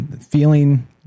feeling